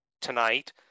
tonight